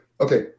okay